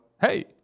hey